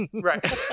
right